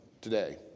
today